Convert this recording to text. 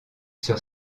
sur